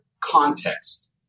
context